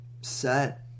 set